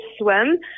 swim